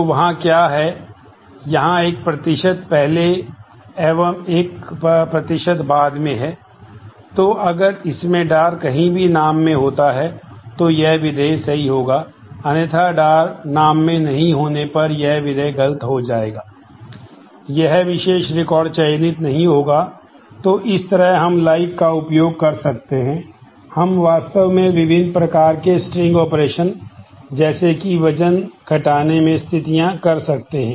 तो वहाँ क्या है यहां एक प्रतिशत जैसे कि वजन घटाने में स्थितियां कर सकते हैं